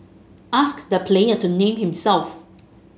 ask the player to name himself